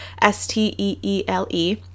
S-T-E-E-L-E